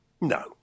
No